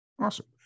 Awesome